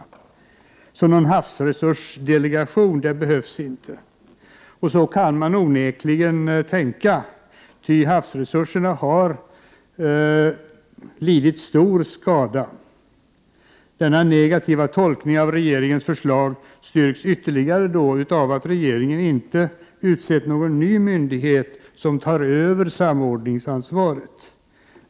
Någon havsresursdelegation behövs alltså inte. — Så går det onekligen att tänka, ty havsresurserna har lidit stor skada. Denna negativa tolkning av regeringens förslag styrks ytterligare av att regeringen inte utsett någon ny myndighet som tar över samordningsansvaret.